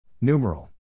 Numeral